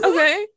Okay